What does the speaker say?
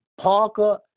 Parker